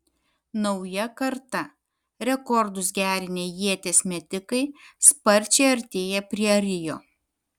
nauja karta rekordus gerinę ieties metikai sparčiai artėja prie rio